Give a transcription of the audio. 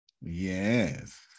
yes